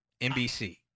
NBC